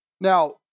Now